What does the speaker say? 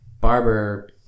barber